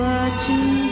Watching